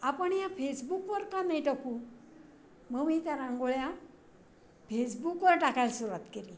आपण या फेसबुकवर का नाही टाकू मग मी त्या रांगोळ्या फेसबुकवर टाकायला सुरुवात केली